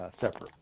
separate